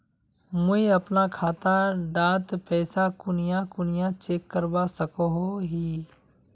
मुई अपना खाता डात पैसा कुनियाँ कुनियाँ चेक करवा सकोहो ही?